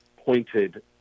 pointed